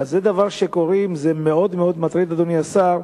כשקוראים דבר כזה, אדוני השר,